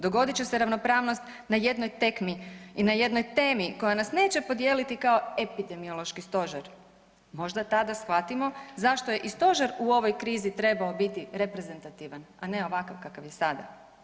Dogodit će se ravnopravnost na jednoj tekmi i na jednoj temi koja nas neće podijeliti kao epidemiološki stožer, možda tada shvatimo zašto je i stožer u ovoj krizi trebao biti reprezentativan, a ne ovakav kakav je sada.